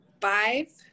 five